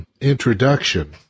introduction